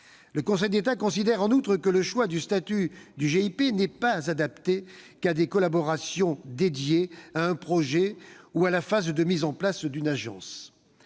Le Conseil d'État considère, en outre, que le choix du statut de GIP n'est adapté qu'à des collaborations dédiées à un projet ou à la phase de mise en place d'une agence.